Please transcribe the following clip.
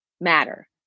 matter